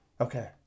Okay